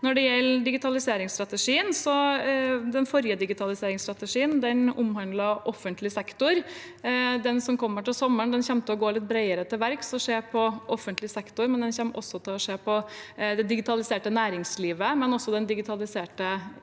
Når det gjelder digitaliseringsstrategien, omhandlet den forrige digitaliseringsstrategien offentlig sektor. Den som kommer til sommeren, kommer til å gå litt bredere til verks. Den vil se på offentlig sektor, men den kommer også til å se på det digitaliserte næringslivet, den digitaliserte